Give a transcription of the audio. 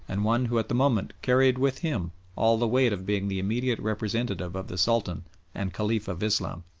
and one who at the moment carried with him all the weight of being the immediate representative of the sultan and caliph of islam.